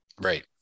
Right